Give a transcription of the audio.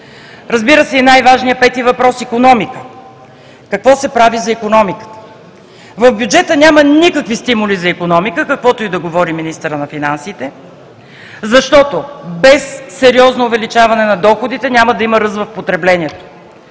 Разбира се, и най-важният, пети въпрос – икономиката. Какво се прави за икономиката? В бюджета няма никакви стимули за икономика, каквото и да говори министърът на финансите, защото без сериозно увеличаване на доходите няма да има ръст в потреблението,